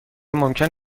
ممکن